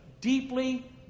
deeply